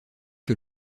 que